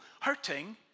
hurting